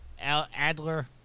Adler